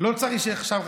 לא לצערי שיהיה שם חשמל,